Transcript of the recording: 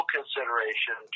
consideration